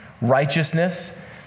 righteousness